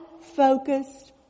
focused